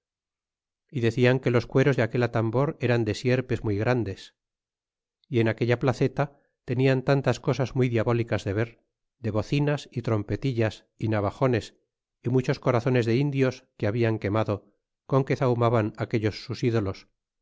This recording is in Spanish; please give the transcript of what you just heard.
y decian que los cueros de aquel atambor eran de sierpes muy grandes e en aquella placeta tenian tantas cosas muy diabólicas de ver de bocinas y trompetillas y navaj enes y muchos corazones de indios que hablan quemado con que zahumaban aquellos sus ídolos